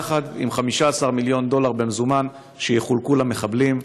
יחד עם 15 מיליון דולר במזומן שיחולקו למחבלים.